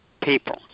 people